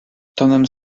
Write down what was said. tonem